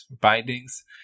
bindings